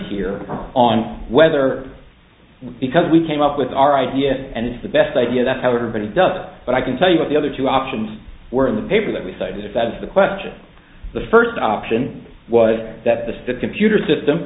here on whether because we came up with our idea and it's the best idea that however but it doesn't but i can tell you what the other two options were in the paper that we cited if that is the question the first option was that the state computer system